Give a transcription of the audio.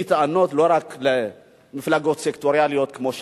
יש לי טענות לא רק למפלגות סקטוריאליות כמו ש"ס.